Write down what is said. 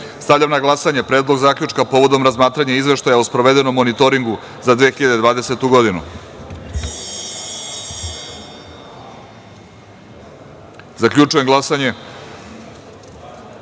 na glasanje Predlog zaključka povodom razmatranja Izveštaja o sprovedenom monitoringu za 2020. godinu. Zaključujem glasanje: